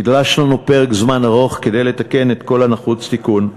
נדרש לנו פרק זמן ארוך כדי לתקן את כל הנחוץ תיקון.